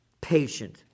Patient